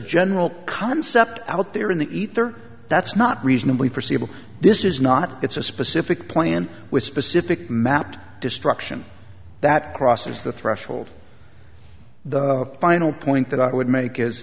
general concept out there in the ether that's not reasonably forseeable this is not it's a specific plan with specific mapped destruction that crosses the threshold the final point that i would make is